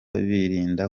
birinda